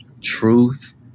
truth